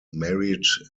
married